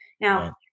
Now